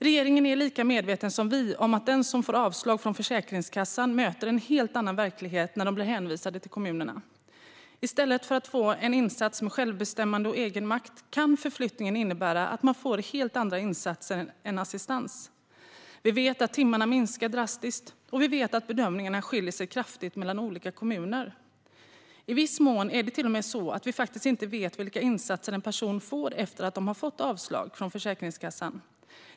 Regeringen är lika medveten som vi om att de som får avslag från Försäkringskassan möter en helt annan verklighet när de blir hänvisade till kommunerna. I stället för att få en insats med självbestämmande och egenmakt kan förflyttningen innebära att de får helt andra insatser än assistans. Vi vet att timmarna minskar drastiskt, och vi vet att bedömningarna skiljer sig kraftigt mellan olika kommuner. I viss mån är det till och med så att vi faktiskt inte vet vilka insatser en person får efter att denne har fått avslag från Försäkringskassan.